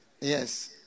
Yes